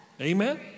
Amen